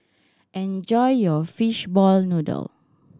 enjoy your fish ball noodle